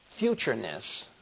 futureness